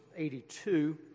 82